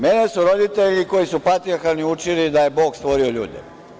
Mene su roditelji, koji su patrijarhalni, učili da je Bog stvorio ljude.